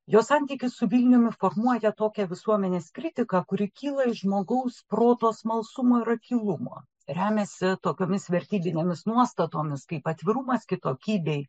jo santykius su vilniumi formuoja tokią visuomenės kritiką kuri kyla iš žmogaus proto smalsumo ir akylumo remiasi tokiomis vertybinėmis nuostatomis kaip atvirumas kitokybei